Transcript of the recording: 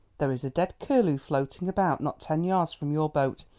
there is a dead curlew floating about, not ten yards from your boat.